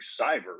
cyber